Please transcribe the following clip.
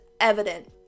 evident